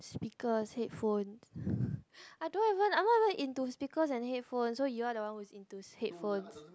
speakers headphone I don't even I'm not even into speakers and headphones so you are the one who's into headphones